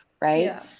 Right